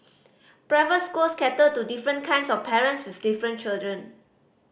private schools cater to different kinds of parents with different children